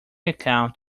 account